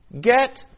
get